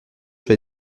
fait